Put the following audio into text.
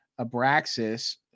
abraxas